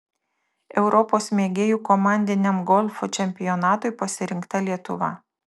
europos mėgėjų komandiniam golfo čempionatui pasirinkta lietuva